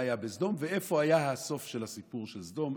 מה היה בסדום ואיפה היה הסוף של הסיפור של סדום,